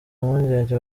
mpungenge